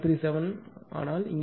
95137 ஆனால் இங்கே அது 0